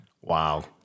Wow